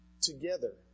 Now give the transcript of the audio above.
together